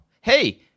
Hey